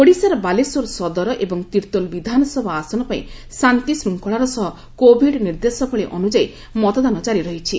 ଓଡ଼ିଶାର ବାଲେଶ୍ୱର ସଦର ଏବଂ ତିର୍ଭୋଲ ବିଧାନସଭା ଆସନ ପାଇଁ ଶାନ୍ତିଶୃଙ୍ଖଳାର ସହ କୋଭିଡ୍ ନିର୍ଦ୍ଦେଶାବଳୀ ଅନୁଯାୟୀ ମତଦାନ କାରି ରହିଛି